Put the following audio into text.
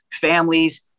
families